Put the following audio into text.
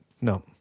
No